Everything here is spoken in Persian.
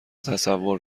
تصور